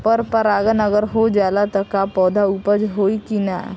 पर परागण अगर हो जाला त का पौधा उपज होई की ना?